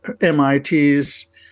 MIT's